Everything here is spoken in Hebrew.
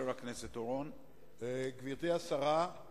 אדוני היושב-ראש, גברתי השרה,